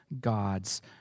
gods